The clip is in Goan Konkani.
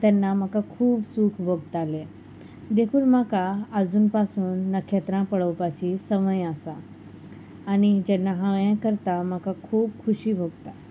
तेन्ना म्हाका खूब सूख भोगतालें देखून म्हाका आजून पासून नखेत्रां पळोवपाची संवय आसा आनी जेन्ना हांव हें करता म्हाका खूब खोशी भोगता